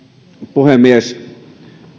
puhemies